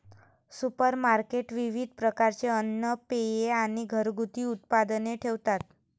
supermarket विविध प्रकारचे अन्न, पेये आणि घरगुती उत्पादने ठेवतात